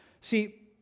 See